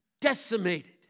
decimated